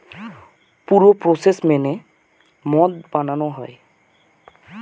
পুরো প্রসেস মেনে মদ বানানো হয়